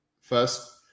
first